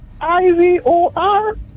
I-V-O-R